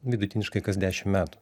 vidutiniškai kas dešimt metų